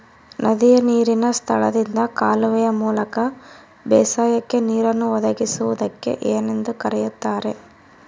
ನದಿಯ ನೇರಿನ ಸ್ಥಳದಿಂದ ಕಾಲುವೆಯ ಮೂಲಕ ಬೇಸಾಯಕ್ಕೆ ನೇರನ್ನು ಒದಗಿಸುವುದಕ್ಕೆ ಏನೆಂದು ಕರೆಯುತ್ತಾರೆ?